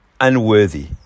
unworthy